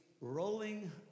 rolling